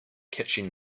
catching